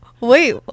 Wait